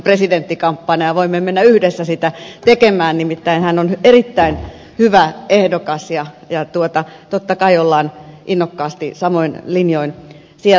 voimme mennä yhdessä sitä tekemään nimittäin hän on erittäin hyvä ehdokas ja totta kai ollaan innokkaasti samoin linjoin siellä